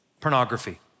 pornography